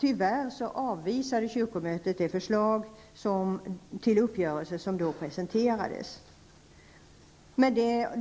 Tyvärr avvisade kyrkomötet det förslag till uppgörelse som då presenterades. I och med